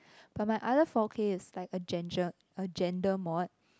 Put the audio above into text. but my other four K is like agenda agenda mod